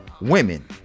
women